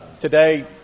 Today